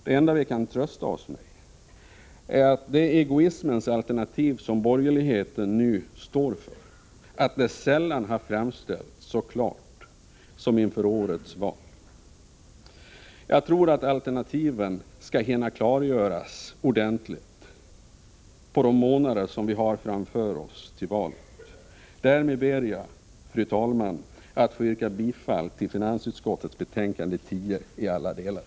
Det enda vi kan trösta oss med är att det egoismens alternativ som borgerligheten nu står för sällan har framställts så klart som inför årets val. Jag tror att alternativen skall hinna klargöras ordentligt under de månader som vi har framför oss till valet. Därmed ber jag, fru talman, att få yrka bifall till hemställan i finansutskottets betänkande 10 i alla delar.